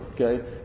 okay